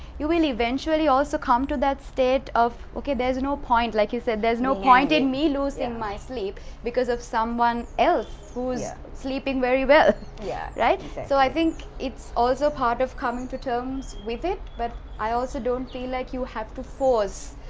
you will eventually also come to that state of, okay there's no point like you said, there's no point in me loosing my sleep because of someone else who's sleeping very well yeah exactly. so i think it's also part of coming to terms with it but. i also don't feel like you have to force,